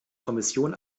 kommission